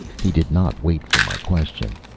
he did not wait for my question.